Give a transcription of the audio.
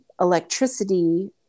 electricity